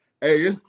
Hey